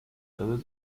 does